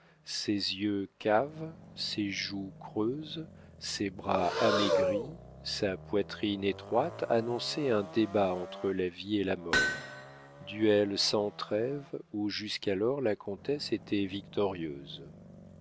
ses yeux caves ses joues creuses ses bras amaigris sa poitrine étroite annonçaient un débat entre la vie et la mort duel sans trêve où jusqu'alors la comtesse était victorieuse